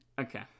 Okay